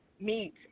meet